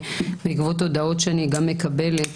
בעקבות הודעות שאני מקבלת.